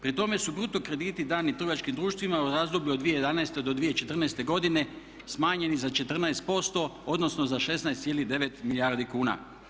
Pri tome su bruto krediti dani trgovačkim društvima u razdoblju od 2011. do 2014. smanjeni za 14%, odnosno za 16,9 milijardi kuna.